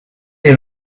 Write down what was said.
des